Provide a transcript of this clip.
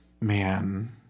Man